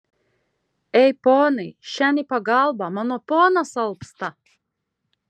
ei ponai šen į pagalbą mano ponas alpsta